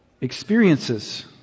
experiences